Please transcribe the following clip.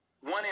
one